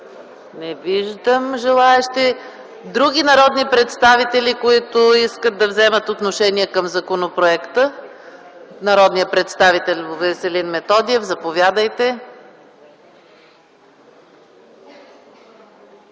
Има ли други народни представители, които искат да вземат отношение към законопроекта? Народният представител Веселин Методиев – заповядайте.